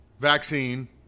Vaccine